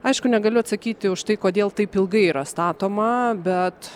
aišku negaliu atsakyti už tai kodėl taip ilgai yra statoma bet